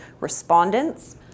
respondents